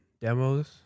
demos